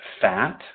fat